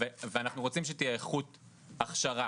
אז אנחנו רוצים שתהיה איכות הכשרה,